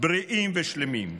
בריאים ושלמים.